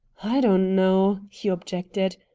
i don't know! he objected.